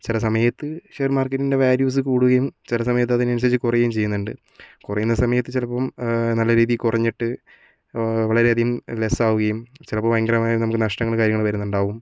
ചില സമയത്ത് ഷെയർ മാർക്കറ്റിൻ്റെ വാല്യൂസ് കൂടുകയും ചില സമയത്ത് അതിനനുസരിച്ച് കുറയുകയും ചെയ്യുന്നുണ്ട് കുറയുന്ന സമയത്ത് ചിലപ്പം നല്ല രീതിയിൽ കുറഞ്ഞിട്ട് വളരെയധികം ലെസ്സ് ആവുകയും ചിലപ്പോൾ ഭയങ്കരമായും നമുക്ക് നഷ്ടങ്ങളും കാര്യങ്ങളും വരുന്നുണ്ടാകും